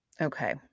Okay